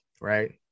right